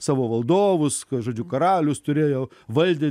savo valdovus ka žodžiu karalius turėjo valdė